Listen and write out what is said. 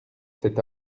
cet